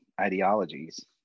ideologies